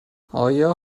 آیا